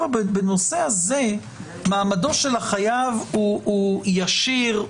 בנושא הזה מעמדו של החייב הוא ישיר,